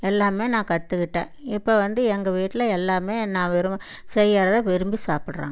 எல்லாமே நான் கற்றுக்குட்டன் இப்போ வந்து எங்கள் வீட்டில் எல்லாமே நான் வெறும் செய்யறதை விரும்பி சாப்பிட்றாங்க